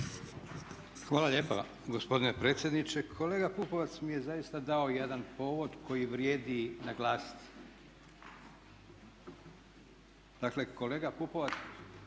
Hvala lijepa gospodine predsjedniče. Kolega Pupovac mi je zaista dao jedan povod koji vrijedi naglasiti. Dakle kolega Pupovac